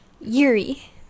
Yuri